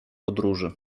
podróży